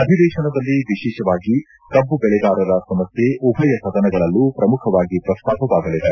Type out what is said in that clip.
ಅಧಿವೇಶನದಲ್ಲಿ ವಿಶೇಷವಾಗಿ ಕಬ್ಬು ಬೆಳೆಗಾರರ ಸಮಸ್ಕೆ ಉಭಯ ಸದನಗಳಲ್ಲೂ ಪ್ರಮುಖವಾಗಿ ಪ್ರಸ್ತಾಪವಾಗಲಿದೆ